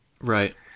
Right